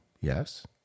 Yes